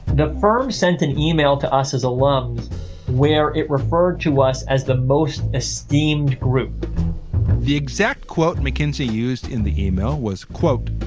the firm sent an email to us as alumni where it referred to us as the most esteemed group the exact quote mckinsey used in the email was, quote,